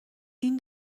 این